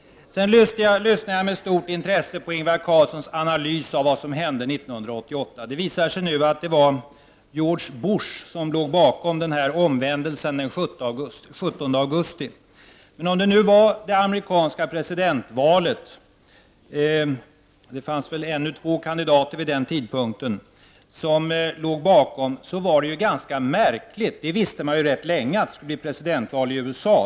Jag lyssnade med stort intresse på Ingvar Carlssons analys av vad som hände 1988. Det visar sig nu att det var George Bush som låg bakom omvändelsen den 17 augusti. Vid denna tidpunkt fanns det väl ännu två kandidater, och man hade vetat rätt länge att det skulle bli presidentval i USA.